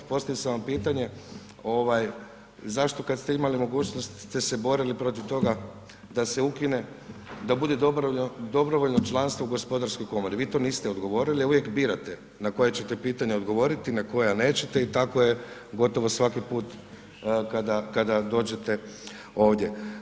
Postavio sam vam pitanje zašto kad ste imali mogućnost ste se borili protiv toga da se ukine, da bude dobrovoljno članstvo u Gospodarskoj komori, vi to niste odgovorili a uvijek birate na koje ćete pitanje odgovoriti, na koja nećete i tako je gotovo svaki put kada dođete ovdje.